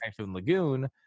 Lagoon